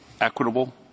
equitable